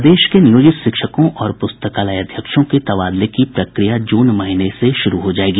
प्रदेश के नियोजित शिक्षकों और प्रस्तकालयाध्यक्षों के तबादले की प्रक्रिया जून महीने से शुरू हो जायेगी